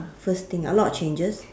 first thing a lot of changes